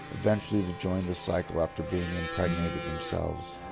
eventually to join the cycle after being impregnated themselves.